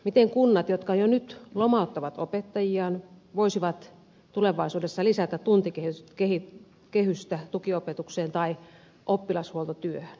miten kunnat jotka jo nyt lomauttavat opettajiaan voisivat tulevaisuudessa lisätä tuntikehystä tukiopetukseen tai oppilashuoltotyöhön